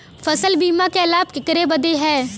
फसल बीमा क लाभ केकरे बदे ह?